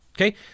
Okay